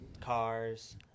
cars